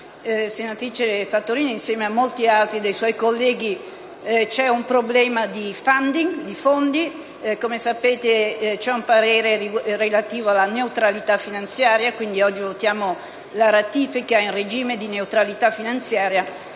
Fattorini e da molti altri suoi colleghi, vi è un problema di fondi. Come noto, vi è un parere relativo alla neutralità finanziaria e dunque oggi votiamo la ratifica in regime di neutralità finanziaria,